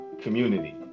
community